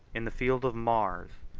in the field of mars,